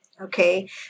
okay